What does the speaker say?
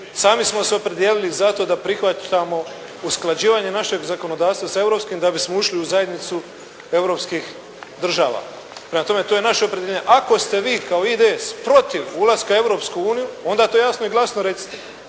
sami smo se opredijelili zato da prihvaćamo usklađivanje našeg zakonodavstva sa europskim da bismo ušli u zajednicu europskih država. Prema tome to je naše opredjeljenje. Ako ste vi kao IDS protiv ulaska u Europsku uniju onda to jasno i glasno recite.